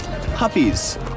puppies